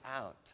out